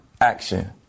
action